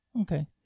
Okay